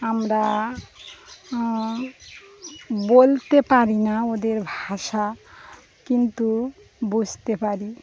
আমরা বলতে পারি না ওদের ভাষা কিন্তু বুঝতে পারি